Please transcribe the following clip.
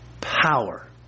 power